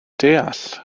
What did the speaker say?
deall